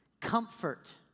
comfort